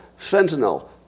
Fentanyl